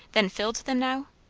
than filled them now?